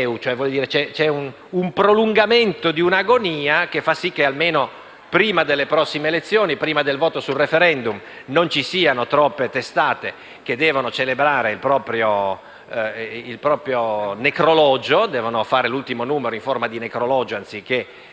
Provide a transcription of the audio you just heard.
eutanasia; c'è un prolungamento di un'agonia che fa sì che almeno, prima delle prossime elezioni e del voto sul *referendum,* non ci siano troppe testate che devono celebrare il proprio necrologio, cioè che devono fare l'ultimo numero in forma di necrologio anziché